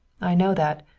i know that.